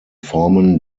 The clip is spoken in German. formen